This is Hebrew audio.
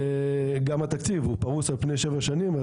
גם התקציב הוא פרוס על פני שבע שנים,